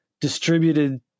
distributed